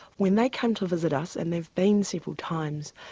when they came to visit us and they have been several times,